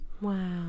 Wow